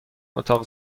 اتاق